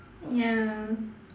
ya